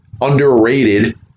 underrated